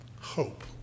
hope